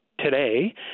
today